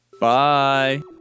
Bye